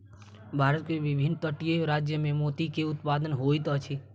भारत के विभिन्न तटीय राज्य में मोती के उत्पादन होइत अछि